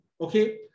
okay